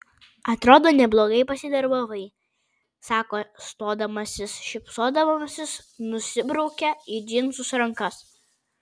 atrodo neblogai pasidarbavai sako stodamasis šypsodamasis nusibraukia į džinsus rankas